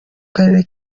karere